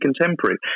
contemporary